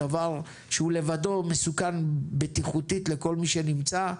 דבר שלבדו מסוכן בטיחותית לכל מי שנמצא.